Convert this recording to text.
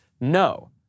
No